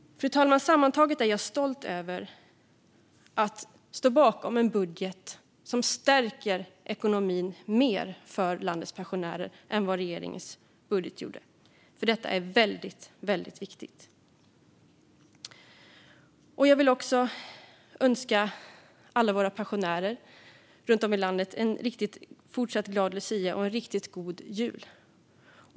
Fru talman! Sammantaget är jag stolt över att stå bakom en budget som stärker ekonomin för landets pensionärer mer än vad regeringens budget skulle ha gjort. Detta är väldigt viktigt. Jag vill önska alla våra pensionärer runt om i landet en fortsatt glad lucia och en riktigt god jul.